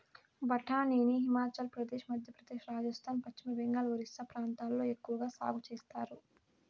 బఠానీని హిమాచల్ ప్రదేశ్, మధ్యప్రదేశ్, రాజస్థాన్, పశ్చిమ బెంగాల్, ఒరిస్సా ప్రాంతాలలో ఎక్కవగా సాగు చేత్తారు